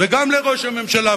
גם לראש הממשלה.